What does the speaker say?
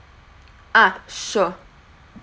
ah sure